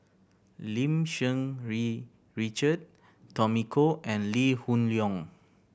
Lim Cherng Yih Richard Tommy Koh and Lee Hoon Leong